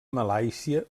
malàisia